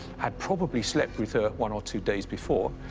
had probably slept with her one or two days before.